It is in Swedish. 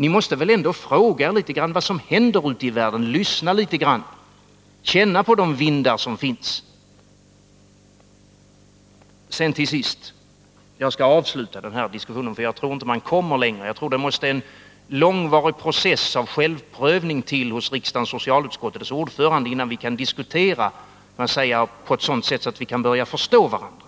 Ni måste väl ändå fråga er vad som händer ute i världen, lyssna litet grand och känna på de vindar som blåser. Jag skall nu avsluta den här diskussionen, för jag tror inte att vi kommer längre. Jag tror att det måste till en långvarig process av självprövning hos riksdagens socialutskott och dess ordförande, innan vi kan diskutera på ett sådant sätt att vi kan börja förstå varandra.